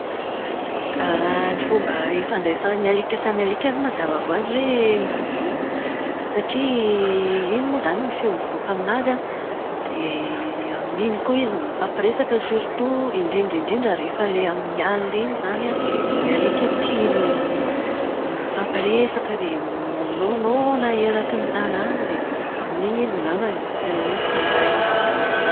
Ny fomba ifandraisan'ny alika samy alika aloha mazava ho azy hoe mivovoha. Satria iny moa izany no feo mivoaka amin'azy an, dia amin'iny koa izy mifampiresaka surtout, indrindra indrindra rehefa ilay amin'ny alina iny izany an, ny alika tia m- mifampiresaka dia minaonaona eraky ny tanàna dia amin'izy angamba no tena hoe mifandray.